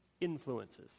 influences